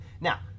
now